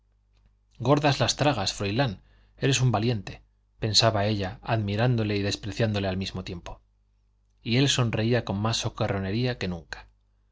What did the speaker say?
gordas las tragas froilán eres un valiente pensaba ella admirándole y despreciándole al mismo tiempo y él sonreía con más socarronería que nunca